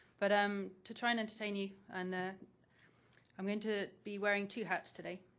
but i'm to try and entertain you. and ah i'm going to be wearing two hats today